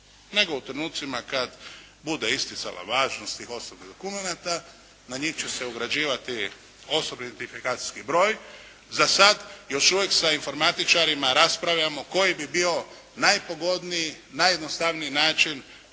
nego u trenucima kad bude isticala važnost tih osobnih dokumenata na njih će se ugrađivati osobni identifikacijski broj. Za sada još uvijek sa informatičarima raspravljamo koji bi bio najpogodniji, najjednostavniji način